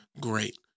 great